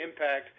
impact